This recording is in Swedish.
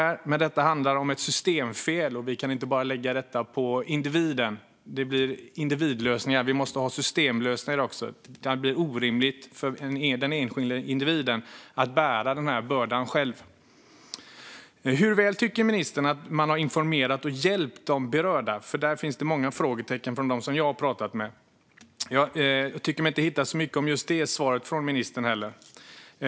Det här handlar dock om ett systemfel, och vi kan inte bara lägga detta på individen utan måste ha systemlösningar. Det blir orimligt för den enskilde individen att ensam bära denna börda. Hur väl tycker ministern att man har informerat och hjälpt de berörda? Här finns det många frågetecken hos dem jag har pratat med. Och jag tycker mig inte hitta så mycket om det i svaret från ministern.